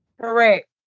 Correct